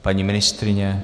Paní ministryně?